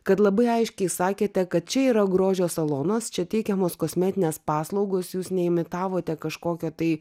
kad labai aiškiai sakėte kad čia yra grožio salonas čia teikiamos kosmetinės paslaugos jūs neimitavote kažkokio tai